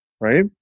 right